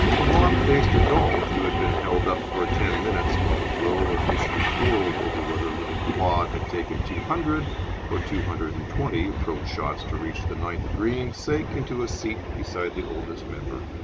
a wan-faced adult, who had been held up for ten minutes while a drove of issue quarrelled over whether little claude had taken two hundred or two hundred and twenty approach shots to reach the ninth green sank into a seat beside the oldest member.